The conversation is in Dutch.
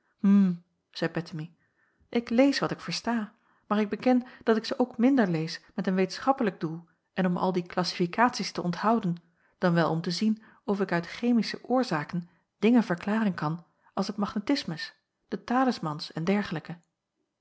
hm zeî bettemie ik lees wat ik versta maar ik beken dat ik ze ook minder lees met een wetenschappelijk doel en om al die klassificaties te onthouden dan wel om te zien of ik uit chemische oorzaken dingen verklaren kan als het magnetismus de talismans en dergelijke